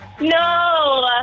No